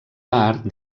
tard